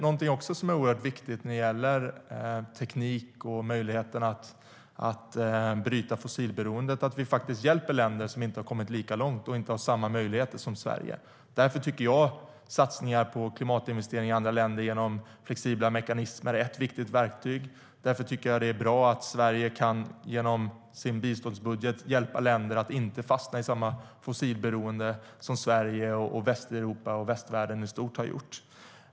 Något som också är oerhört viktigt när det gäller teknik och möjligheten att bryta fossilberoendet är att vi faktiskt hjälper länder som inte har kommit lika långt och som inte har samma möjligheter som Sverige. Därför tycker jag att satsningar på klimatinvestering i andra länder genom flexibla mekanismer är ett viktigt verktyg. Därför tycker jag att det är bra att Sverige genom sin biståndsbudget kan hjälpa länder att inte fastna i samma fossilberoende som Sverige, Västeuropa och västvärlden i stort har gjort.